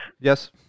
Yes